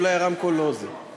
אולי הרמקול לא, .